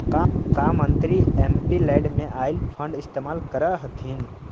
का मंत्री एमपीलैड में आईल फंड इस्तेमाल करअ हथीन